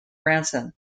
branson